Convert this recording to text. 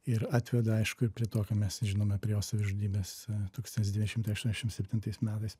ir atveda aišku ir prie to ką mes žinome prie jo savižudybės tūkstantis devyni šimtai aštuoniašim septintais metais